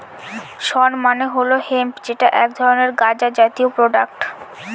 শণ মানে হল হেম্প যেটা এক ধরনের গাঁজা জাতীয় প্রোডাক্ট